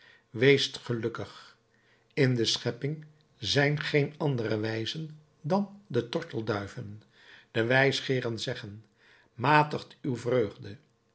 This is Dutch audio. weest gelukkig in de schepping zijn geen andere wijzen dan de tortelduiven de wijsgeeren zeggen matigt uw vreugde